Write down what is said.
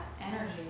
energy